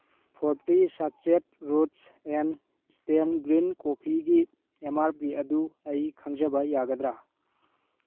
forty sachet roots and stem green ꯀꯣꯐꯤꯒꯤ M R P ꯑꯗꯨ ꯑꯩ ꯈꯪꯖꯕ ꯌꯥꯒꯗ꯭ꯔ